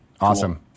awesome